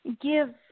give